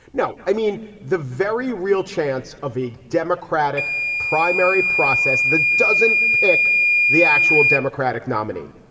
no, i mean the very real chance of a democratic primary process that doesn't pick the actual democratic nominee.